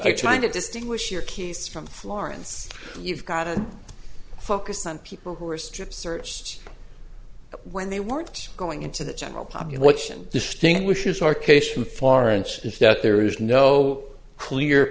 think trying to distinguish your keys from florence you've got to focus on people who are strip searched when they weren't going into the general population distinguishes our case from florence is that there is no clear